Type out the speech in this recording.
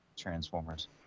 transformers